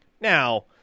Now